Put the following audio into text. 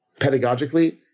pedagogically